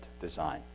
Design